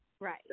Right